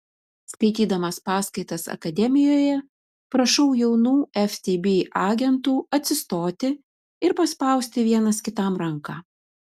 skaitydamas paskaitas akademijoje prašau jaunų ftb agentų atsistoti ir paspausti vienas kitam ranką